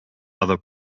other